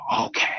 Okay